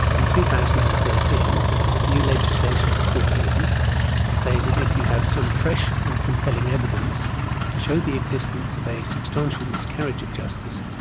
in two thousand and thirteen new legislation was brought in to say that if you have some fresh and compelling evidence to show the existence of a substantial miscarriage of justice,